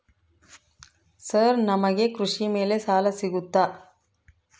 Sir ನಮಗೆ ಕೃಷಿ ಮೇಲೆ ಸಾಲ ಸಿಗುತ್ತಾ?